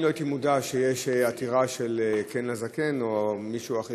לא הייתי מודע שיש עתירה של "כן לזקן" או מישהו אחר,